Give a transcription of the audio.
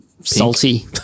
Salty